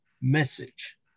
message